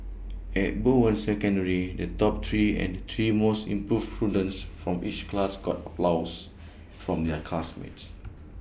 at Bowen secondary the top three and three most improved students from each class got applause from their classmates